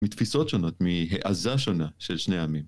מתפיסות שונות, מהעזה שונה של שני עמים.